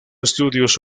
estudios